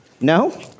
No